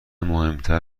مهمتر